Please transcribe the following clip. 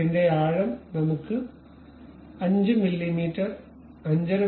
കട്ടിന്റെ ആഴം നമുക്ക് 5മില്ലീമീറ്റർ 5